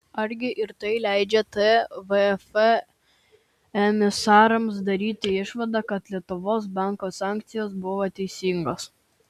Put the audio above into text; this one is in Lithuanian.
argi ir tai leidžia tvf emisarams daryti išvadą kad lietuvos banko sankcijos buvo teisingos